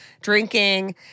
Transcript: drinking